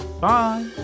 Bye